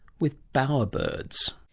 with bowerbirds.